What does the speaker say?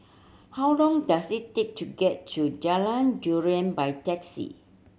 how long does it take to get to Jalan Durian by taxi